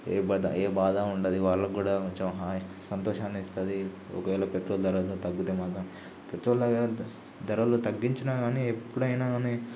ఏ బధ ఏ బాధ ఉండదు వాళ్ళకు కూడా కొంచెం హాయి సంతోషానిస్తది ఒకవేళ పెట్రోల్ ధరలు తగ్గుతే మాత్రం పెట్రోల్ ధర ధరలు తగ్గించినా గానీ ఎప్పుడయినా గానీ